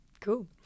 Cool